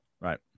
Right